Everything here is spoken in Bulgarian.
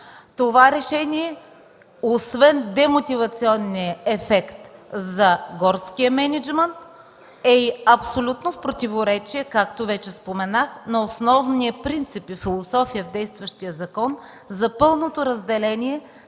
Това решение освен демотивационния ефект за горския мениджмънт е и в абсолютно противоречие, както вече споменах, на основния принцип и философия в действащия закон за пълното разделение